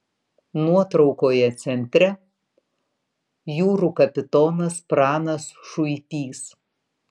nuotraukoje centre jūrų kapitonas pranas šuipys